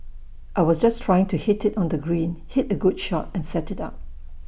I was just trying to hit IT on the green hit A good shot and set IT up